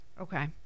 Okay